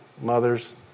mothers